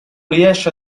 riesce